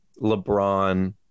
LeBron